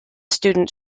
students